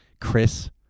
Chris